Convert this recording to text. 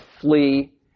flee